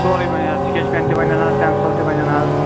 سورُے بنہِ حظ سکیچ پیٚن تہِ بنَن حظ پینسل تہِ بنَن حظ